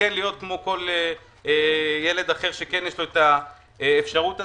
וכן להיות כמו כל ילד אחר שכן יש לו את האפשרות הזו.